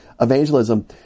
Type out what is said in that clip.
evangelism